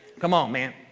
come on, man.